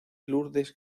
lourdes